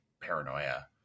paranoia